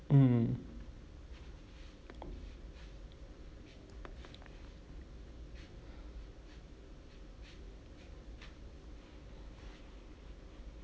mm